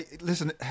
Listen